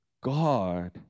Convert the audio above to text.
God